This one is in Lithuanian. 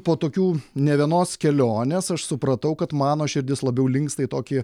po tokių ne vienos kelionės aš supratau kad mano širdis labiau linksta į tokį